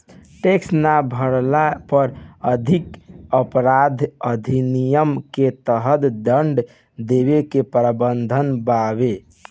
tax ना भरला पर आर्थिक अपराध अधिनियम के तहत दंड देवे के प्रावधान बावे